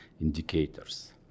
indicators